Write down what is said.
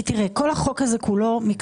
תראה, כל החוק הזה מקצועי.